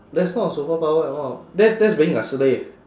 that's not a superpower at all that's that's being a slave